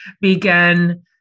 began